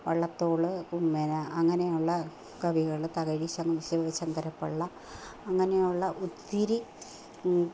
വള്ളത്തോൾ എന അങ്ങനെയുള്ള കവികൾ തകഴി ശ ശിവശങ്കരപ്പിള്ള അങ്ങനെയുള്ള ഒത്തിരി